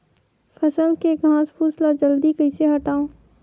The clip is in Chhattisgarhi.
फसल के घासफुस ल जल्दी कइसे हटाव?